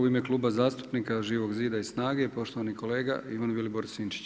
U ime Kluba zastupnika Živog zida i SNAGA-e poštovani kolega Ivan Vilibor Sinčić.